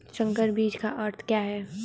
संकर बीज का अर्थ क्या है?